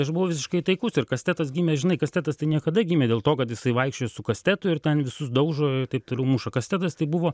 aš buvau visiškai taikus ir kastetas gimė žinai kastetas tai niekada gimė dėl to kad jisai vaikščiojo su kastetu ir ten visus daužo taip toliau muša kastetas tai buvo